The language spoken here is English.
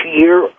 year